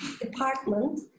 department